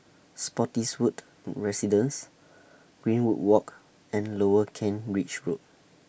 Spottiswoode Residences Greenwood Walk and Lower Kent Ridge Road